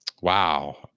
Wow